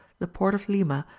the port of lima,